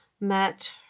met